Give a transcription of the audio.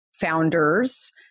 founders